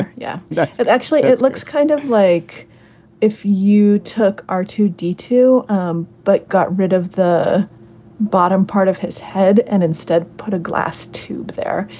yeah, yeah actually, it looks kind of like if you took r two d two um but got rid of the bottom part of his head and instead put a glass tube there,